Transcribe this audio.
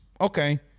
Okay